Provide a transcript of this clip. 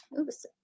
oops